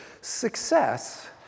Success